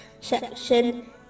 section